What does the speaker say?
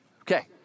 okay